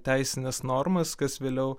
teisines normas kas vėliau